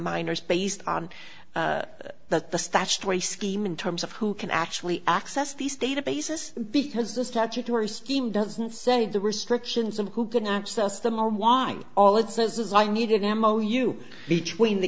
minors based on that the statutory scheme in terms of who can actually access these databases because the statutory scheme doesn't say the restrictions of who can access them why all it says is i needed ammo you between the